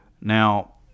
now